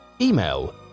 Email